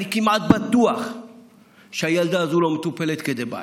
אני כמעט בטוח שהילדה הזאת לא מטופלת כדבעי.